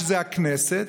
שזה הכנסת.